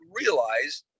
realize